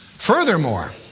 Furthermore